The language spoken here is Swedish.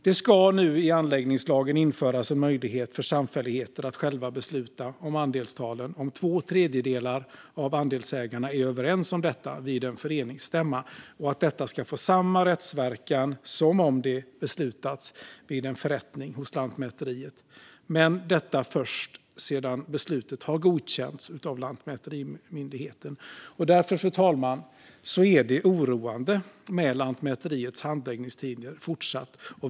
Det ska nu i anläggningslagen införas en möjlighet för samfälligheter att själva besluta om andelstalen om två tredjedelar av andelsägarna är överens om det vid en föreningsstämma, och detta ska få samma rättsverkan som om det beslutats vid en förrättning, men först sedan beslutet har godkänts av lantmäterimyndigheten. Därför är det fortfarande oroande med Lantmäteriets handläggningstider.